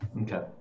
Okay